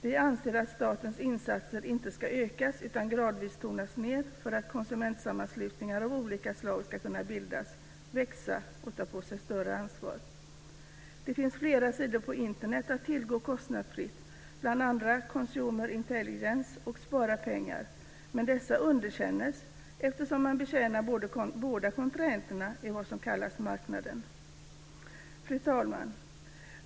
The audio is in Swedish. Vi anser att statens insatser inte ska ökas, utan gradvis tonas ned för att konsumentsammanslutningar av olika slag ska kunna bildas, växa och ta på sig större uppgifter. Det finns flera sidor på Internet att tillgå kostnadsfritt, bl.a. Consumer Intelligence och Spara Pengar, men dessa underkänns eftersom de betjänar båda kontrahenterna i vad som kallas marknaden. Fru talman!